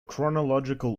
chronological